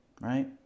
right